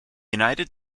united